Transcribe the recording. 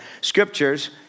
scriptures